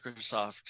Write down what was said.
Microsoft